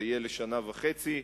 זה יהיה לשנה וחצי,